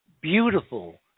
beautiful